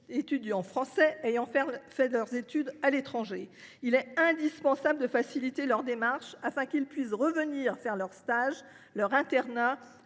étudiants français ayant fait leurs études à l’étranger. Il est indispensable de faciliter leurs démarches, afin qu’ils puissent revenir en France faire leurs stages et leur internat,